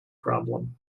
problem